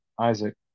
Isaac